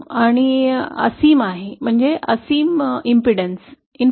मुक्त म्हणजे असीम प्रतिबाधा